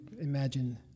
imagine